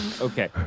Okay